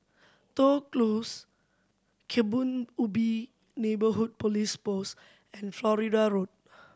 Toh Close Kebun Ubi Neighbourhood Police Post and Florida Road